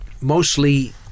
mostly